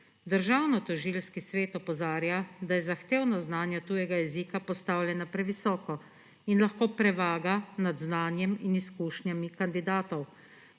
Državnotožilski svet opozarja, da je zahtevano znanje tujega jezika postavljeno previsoko in lahko prevaga nad znanjem in izkušnjami kandidatov.